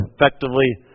effectively